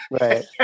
Right